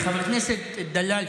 חבר הכנסת דלל,